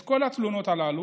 את כל התלונות הללו,